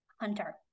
Hunter